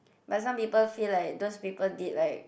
but some people feel like those people did like